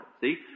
See